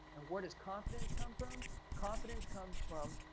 and where does confidence come from confidence comes from?